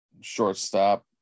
shortstop